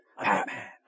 batman